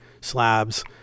slabs